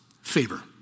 favor